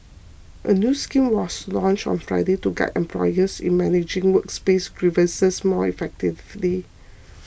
a new scheme was launched on Friday to guide employers in managing workplace grievances more effectively